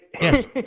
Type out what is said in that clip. Yes